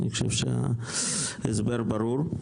אני חושב שההסבר הברור.